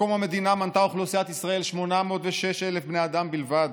בקום המדינה מנתה אוכלוסיית ישראל 806,000 בני אדם בלבד,